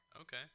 Okay